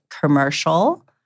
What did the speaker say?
commercial